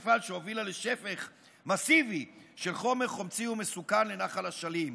לשפך מסיבי של חומר חומצי ומסוכן לנחל אשלים.